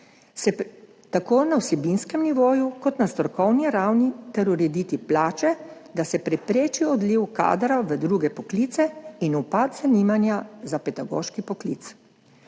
se tako na vsebinskem nivoju kot na strokovni ravni ter urediti plače, da se prepreči odliv kadra v druge poklice in upad zanimanja za pedagoški poklic.